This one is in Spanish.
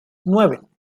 nueve